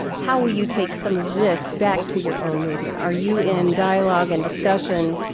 how will you take some of this back to your own movement? are you in dialogue and discussion,